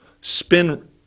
spin